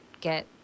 get